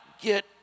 get